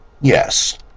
Yes